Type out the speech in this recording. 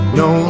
no